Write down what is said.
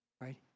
right